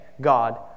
God